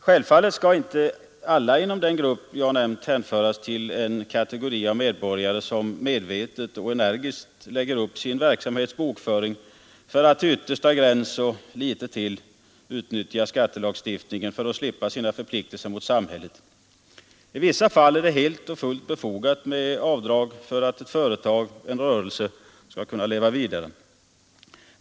Självfallet skall inte alla inom den grupp jag nämnt hänföras till en kategori av medborgare som medvetet och energiskt lägger upp sin verksamhets bokföring för att till yttersta gräns och litet till utnyttja skattelagstiftningen och slippa sina förpliktelser mot samhället. I vissa fall är det helt och fullt befogat med avdrag för att ett företag, en rörelse, skall kunna leva vidare.